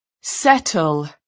settle